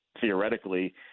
theoretically